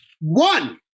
one